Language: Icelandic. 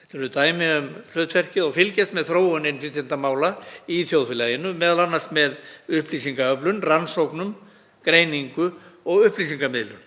þetta eru dæmi um hlutverk — og fylgjast með þróun innflytjendamála í þjóðfélaginu, m.a. með upplýsingaöflun, rannsóknum, greiningu og upplýsingamiðlun.